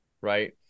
right